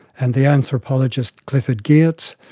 and the anthropologist clifford geertz,